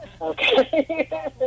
Okay